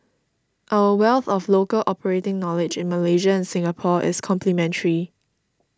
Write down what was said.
our wealth of local operating knowledge in Malaysia and Singapore is complementary